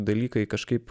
dalykai kažkaip